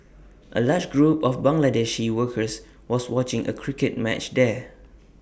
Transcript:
A large group of Bangladeshi workers was watching A cricket match there